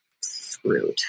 screwed